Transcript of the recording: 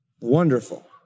wonderful